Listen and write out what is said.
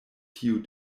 tiu